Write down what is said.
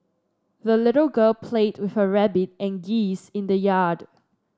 the little girl played with her rabbit and geese in the yard